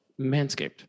Manscaped